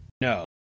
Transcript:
no